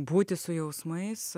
būti su jausmais